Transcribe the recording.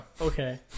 Okay